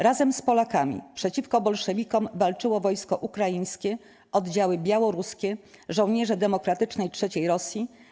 Razem z Polakami przeciwko bolszewikom walczyło wojsko ukraińskie, oddziały białoruskie, żołnierze demokratycznej 'III Rosji'